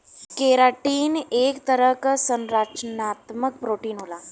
keratin एक तरह क संरचनात्मक प्रोटीन होला